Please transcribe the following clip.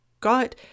got